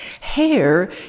Hair